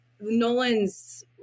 Nolan's